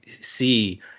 see